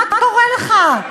מה קורה לך?